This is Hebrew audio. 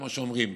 כמו שאומרים,